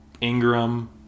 Ingram